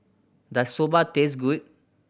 does Soba taste good